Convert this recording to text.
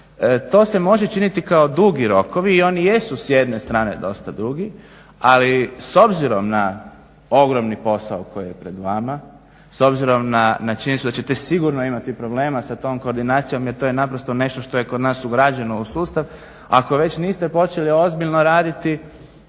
To se može činiti kao dugi rokovi i oni jesu s jedne strane dosta dugi. Ali s obzirom na ogromni posao koji je pred vama, s obzirom na činjenicu da ćete sigurno imati problema sa tom koordinacijom jer to je naprosto nešto što je kod nas ugrađeno u sustav. Ako već niste počeli ozbiljno raditi